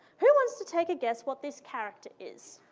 who wants to take a guess what this character is?